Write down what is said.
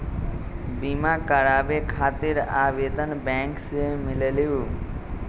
बिमा कराबे खातीर आवेदन बैंक से मिलेलु?